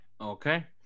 Okay